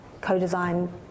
co-design